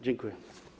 Dziękuję.